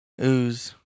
ooze